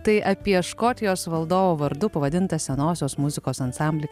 tai apie škotijos valdovo vardu pavadintą senosios muzikos ansamblį